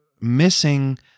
missing